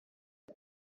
dau